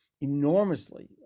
enormously